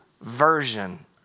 version